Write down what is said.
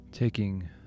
Taking